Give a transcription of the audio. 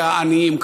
והעניים,